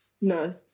No